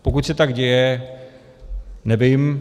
Pokud se tak děje, nevím.